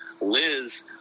liz